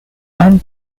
one